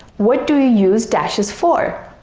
what do you use dashes for?